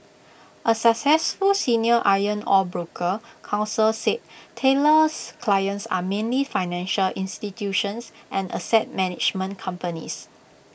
A successful senior iron ore broker counsel said Taylor's clients are mainly financial institutions and asset management companies